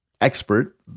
expert